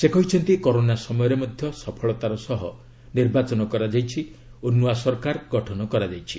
ସେ କହିଛନ୍ତି କରୋନା ସମୟରେ ମଧ୍ୟ ସଫଳତାର ସହ ନିର୍ବାଚନ କରାଯାଇଛି ଓ ନୂଆ ସରକାର ଗଠନ କରାଯାଇଛି